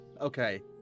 okay